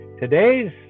today's